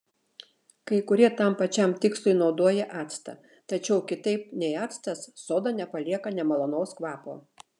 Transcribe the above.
kai kurie tam pačiam tikslui naudoja actą tačiau kitaip nei actas soda nepalieka nemalonaus kvapo